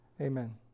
Amen